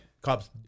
cops